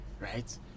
right